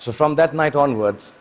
from that night onwards,